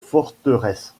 forteresse